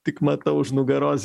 tik matau už nugaros